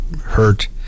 hurt